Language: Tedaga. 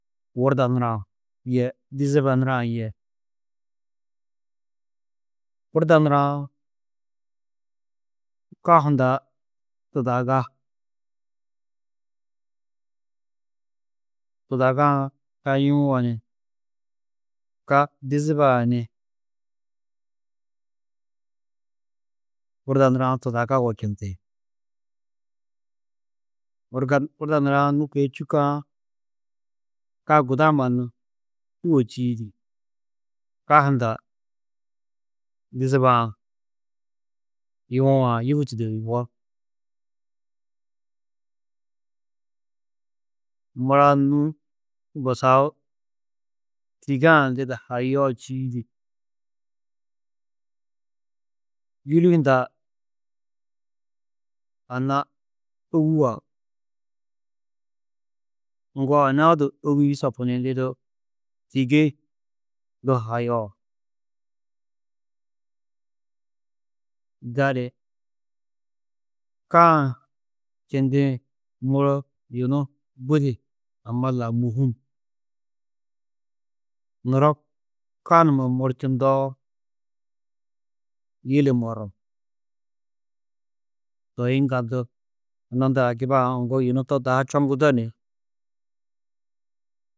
Wurda nurã yê diziba nurã yê, wurda nurã ka hundã tudaga. Tudaga-ã ka yuũa ni, Ka dizibaa ni, wurda nurã tudaga wečindi. Wurga wurda nurã nû kôi čûkã ka guda mannu čûo čîidi ka hunda, dizibaa-ã yuũa-ã yûhutudo yugó. Mura nû busaũ Tîgee-ã lidu hayuo čîidi yûli hundã anna Ôgua, ŋgo onou du Ôgi yusopu ni lidu Tîge du hayuo. Gali, ka-ã čindĩ muro yunu budi amma lau môhum. Nuro ka numa morčundoo, yili morum. To yiŋgaldu anna nduã giba-ã aũ ŋgo yunu to dahu čoŋgudo ni